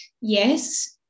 yes